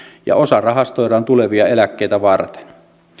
ja osa rahastoidaan tulevia eläkkeitä varten